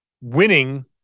winning